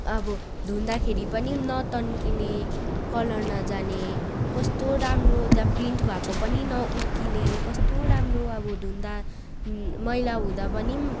अब धुँदाखेरि पनि नतन्किने कलर नजाने कस्तो राम्रो त्यहाँ प्रिन्ट भएको पनि नउक्किने कस्तो राम्रो अब धुँदा मैला हुँदा पनि